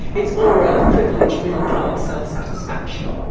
its aura of privileged, middle-class self-satisfaction.